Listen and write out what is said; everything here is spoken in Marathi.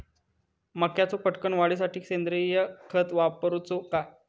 मक्याचो पटकन वाढीसाठी सेंद्रिय खत वापरूचो काय?